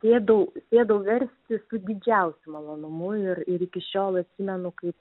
sėdau sėdau versti su didžiausiu malonumu ir ir iki šiol atsimenu kaip